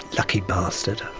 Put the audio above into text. lucky bastard.